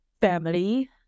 family